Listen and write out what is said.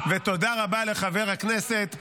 ותודה רבה לחבר הכנסת משריקי,